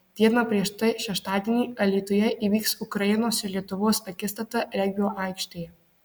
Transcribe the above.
diena prieš tai šeštadienį alytuje įvyks ukrainos ir lietuvos akistata regbio aikštėje